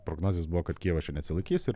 prognozės buvo kad kijevas čia neatsilaikys ir